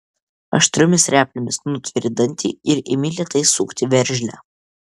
aštriomis replėmis nutveri dantį ir imi lėtai sukti veržlę